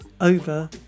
over